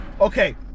okay